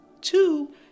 Two